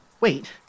Wait